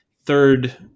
third